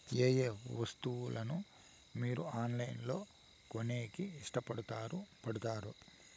ఏయే వస్తువులను మీరు ఆన్లైన్ లో కొనేకి ఇష్టపడుతారు పడుతారు?